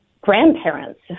grandparents